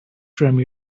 from